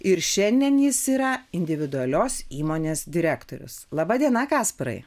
ir šiandien jis yra individualios įmonės direktorius laba diena kasparai